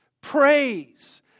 praise